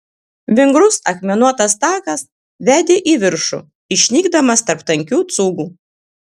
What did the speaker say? vingrus akmenuotas takas vedė į viršų išnykdamas tarp tankių cūgų